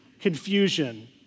confusion